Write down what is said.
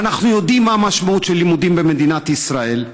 ואנחנו יודעים מה המשמעות של לימודים במדינת ישראל,